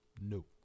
no